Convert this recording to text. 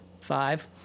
Five